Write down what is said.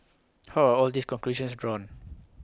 how are all these conclusions drawn